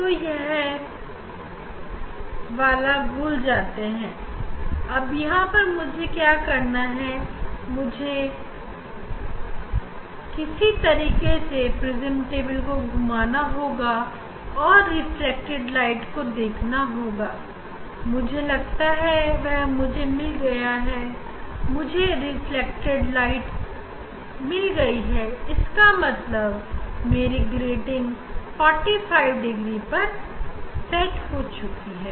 ऐसा करने के बाद हम इस प्रिज्म टेबल को घूमा कर रिफ्लेक्टेड लाईट देखने की कोशिश करेंगे अगर हम इस कोशिश में सफल हो जाते हैं और हमें रिफ्लेक्टेड लाइट मिल जाती है तो इसका मतलब यह बिल्कुल 45 डिग्री पर है